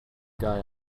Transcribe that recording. guy